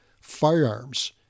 firearms